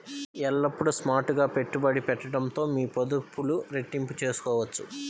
ఎల్లప్పుడూ స్మార్ట్ గా పెట్టుబడి పెట్టడంతో మీ పొదుపులు రెట్టింపు చేసుకోవచ్చు